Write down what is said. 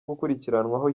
gukurikiranwaho